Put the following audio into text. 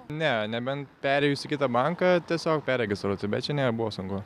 ne nebent perėjus į kitą banką tiesiog perregistruoti bet čia nebuvo saugu